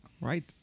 Right